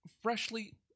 freshly